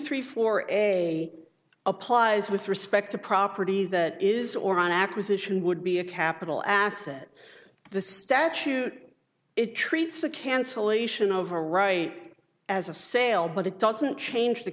three four and a applies with respect to property that is or an acquisition would be a capital asset the statute it treats the cancellation of a right as a sale but it doesn't change the